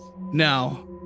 Now